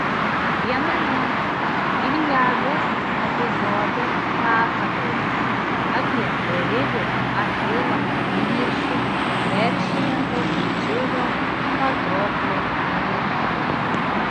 viename iliados epizode pasakojama apie beribį achilo įniršį keršijant už bičiulio patroklo mirtį